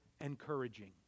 encouraging